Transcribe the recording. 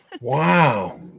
wow